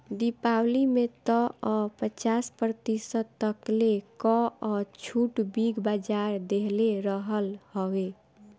दीपावली में तअ पचास प्रतिशत तकले कअ छुट बिग बाजार देहले रहल हवे